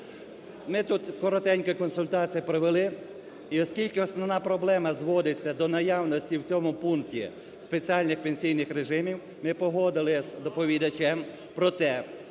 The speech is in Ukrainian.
ми тут коротенькі консультації провели, і оскільки основна проблема зводиться до наявності в цьому пункті спеціальних пенсійних режимів, ми погодили з доповідачем про те,